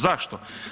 Zašto?